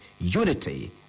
unity